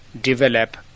develop